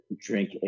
drink